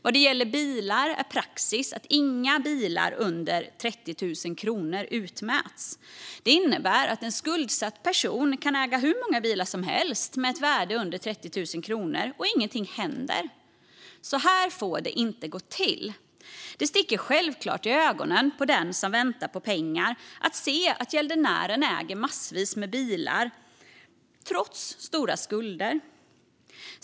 Vad gäller bilar är praxis att inga bilar med ett värde under 30 000 kronor utmäts. Det innebär att en skuldsatt person kan äga hur många bilar som helst med ett värde under 30 000 kronor utan att någonting händer. Så här får det inte gå till. Det sticker självklart i ögonen på den som väntar på pengar att se att gäldenären trots stora skulder äger massvis med bilar.